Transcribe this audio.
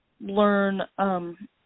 learn –